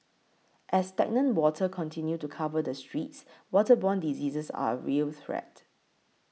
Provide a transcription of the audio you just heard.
as stagnant water continue to cover the streets waterborne diseases are a real threat